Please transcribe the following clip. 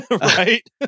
Right